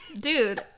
Dude